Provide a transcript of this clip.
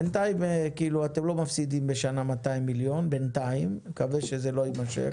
בינתיים אתם לא מפסידים בשנה 200 מיליון שקל ואני מקווה שזה לא יידרדר.